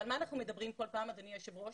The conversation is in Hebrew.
על מה אנחנו מדברים כל פעם, אדוני היושב-ראש?